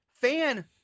fan